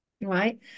Right